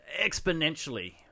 exponentially